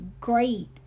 great